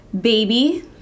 baby